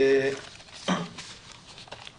אז אני